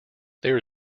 there